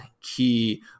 key